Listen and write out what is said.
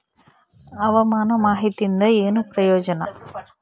ಹವಾಮಾನ ಮಾಹಿತಿಯಿಂದ ಏನು ಪ್ರಯೋಜನ?